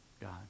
God